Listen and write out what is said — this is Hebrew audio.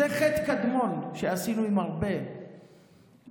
זה חטא קדמון שעשינו עם הרבה מהאנשים.